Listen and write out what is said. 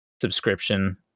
subscription